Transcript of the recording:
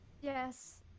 Yes